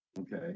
Okay